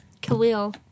Khalil